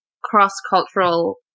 cross-cultural